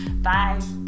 Bye